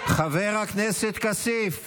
חבר הכנסת כסיף,